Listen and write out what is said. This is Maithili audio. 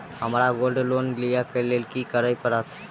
हमरा गोल्ड लोन लिय केँ लेल की करऽ पड़त?